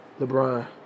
LeBron